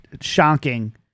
Shocking